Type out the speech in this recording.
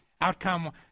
outcome